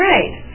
Right